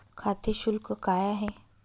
खाते शुल्क काय आहे?